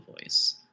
voice